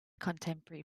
contemporary